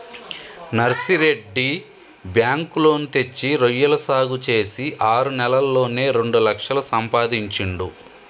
Narsireddy bank loan తెచ్చి రొయ్యల సాగు చేసి ఆరు నెలల్లోనే రెండు లక్షలు సంపాదించిండు